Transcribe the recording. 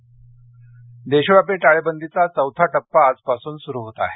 टाळेबंदी देशव्यापी टाळेबंदीचा चौथा टप्पा आजपासून सुरु होत आहे